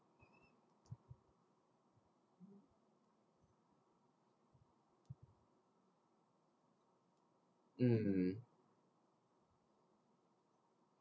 mm